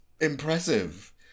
impressive